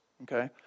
Okay